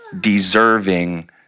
deserving